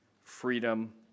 freedom